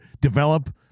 develop